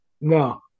No